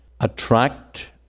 attract